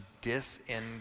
disengage